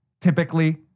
Typically